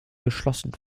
geschlossen